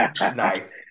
Nice